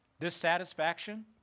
Dissatisfaction